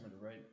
right